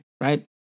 right